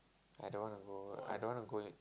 I don't wanna go I don't wanna go late